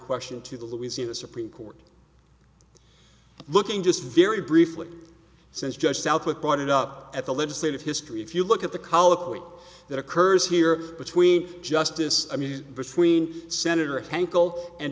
question to the louisiana supreme court looking just very briefly since judge southwick brought it up at the legislative history if you look at the colloquy that occurs here between justice i mean between senator hank old and